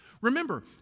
remember